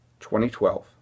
2012